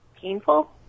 Painful